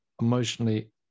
emotionally